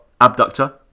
abductor